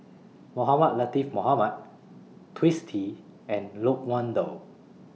Mohamed Latiff Mohamed Twisstii and Loke Wan Tho